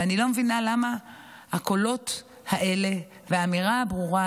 ואני לא מבינה למה הקולות האלה והאמירה הברורה